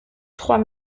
trois